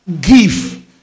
give